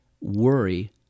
worry